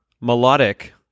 melodic